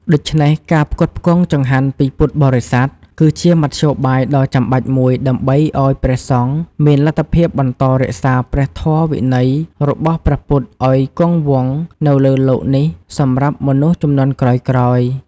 ដូច្នេះ ការផ្គត់ផ្គង់ចង្ហាន់ពីពុទ្ធបរិស័ទ គឺជាមធ្យោបាយដ៏ចាំបាច់មួយដើម្បីឲ្យព្រះសង្ឃមានលទ្ធភាពបន្តរក្សាព្រះធម៌វិន័យរបស់ព្រះពុទ្ធឲ្យគង់វង្សនៅលើលោកនេះសម្រាប់មនុស្សជំនាន់ក្រោយៗ។